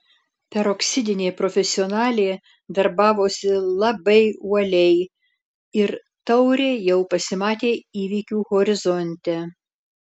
peroksidinė profesionalė darbavosi labai uoliai ir taurė jau pasimatė įvykių horizonte